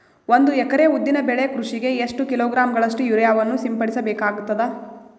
ಒಂದು ಎಕರೆ ಉದ್ದಿನ ಬೆಳೆ ಕೃಷಿಗೆ ಎಷ್ಟು ಕಿಲೋಗ್ರಾಂ ಗಳಷ್ಟು ಯೂರಿಯಾವನ್ನು ಸಿಂಪಡಸ ಬೇಕಾಗತದಾ?